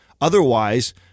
Otherwise